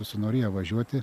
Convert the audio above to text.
užsinorėję važiuoti